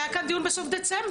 היה כאן דיון בסוף דצמבר.